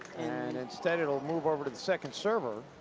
and instead it'll move over to the second server.